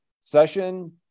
session